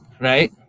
right